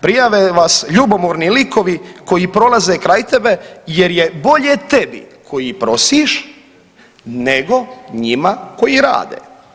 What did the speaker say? Prijave vas ljubomorni likovi koji prolaze kraj tebe jer je bolje tebi koji prosiš nego njima koji rade.